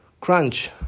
crunch